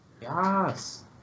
Yes